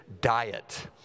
diet